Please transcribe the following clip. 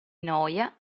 noia